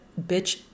bitch